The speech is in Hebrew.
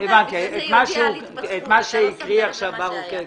בהרבה נושאים ולכן הוא נקרא הוראות שונות.